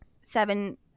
seven –